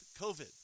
COVID